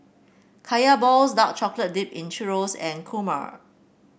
Kaya Balls dark chocolate dip in churro and kurma